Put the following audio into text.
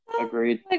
agreed